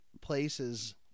places